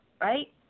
right